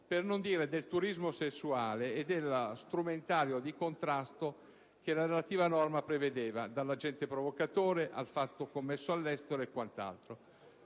per non dire del turismo sessuale e dello strumentario di contrasto che la relativa norma prevedeva, dall'agente provocatore al fatto commesso all'estero e quant'altro.